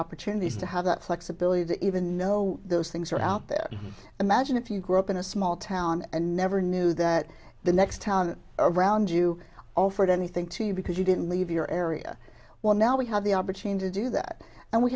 opportunities to have that flexibility to even know those things are out there imagine if you grew up in a small town and never knew that the next town around you offered anything to you because you didn't leave your area well now we have the opportunity to do that and we